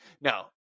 No